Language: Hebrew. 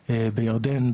בירדן,